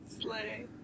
Slay